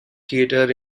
theater